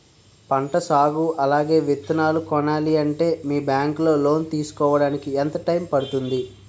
పంట సాగు అలాగే విత్తనాలు కొనాలి అంటే మీ బ్యాంక్ లో లోన్ తీసుకోడానికి ఎంత టైం పడుతుంది?